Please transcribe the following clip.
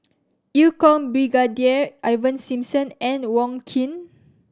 Eu Kong Brigadier Ivan Simson and Wong Keen